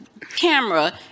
camera